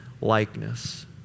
likeness